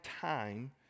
time